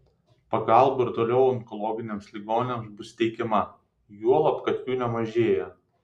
pagalba ir toliau onkologiniams ligoniams bus teikiama juolab kad jų nemažėja